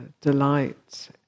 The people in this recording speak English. delight